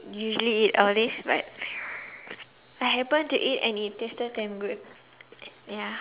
usually eat all this but I happen to eat and it tasted damn good ya